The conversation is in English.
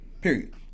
Period